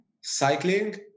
cycling